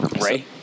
Ray